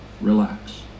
Relax